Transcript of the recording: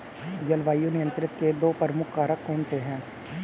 जलवायु नियंत्रण के दो प्रमुख कारक कौन से हैं?